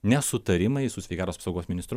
nesutarimai su sveikatos apsaugos ministru